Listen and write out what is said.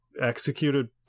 executed